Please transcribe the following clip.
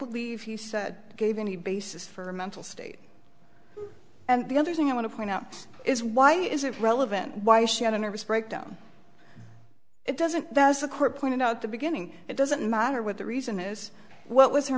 believe he said gave any basis for mental state and the other thing i want to point out is why is it relevant why she had a nervous breakdown it doesn't that is the court pointed out the beginning it doesn't matter what the reason is what was her